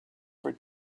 for